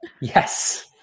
Yes